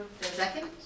Second